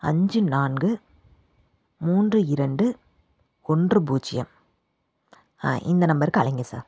அஞ்சு நான்கு மூன்று இரண்டு ஒன்று பூஜ்ஜியம் இந்த நம்பருக்கு அழைங்க சார்